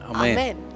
amen